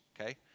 Okay